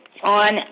on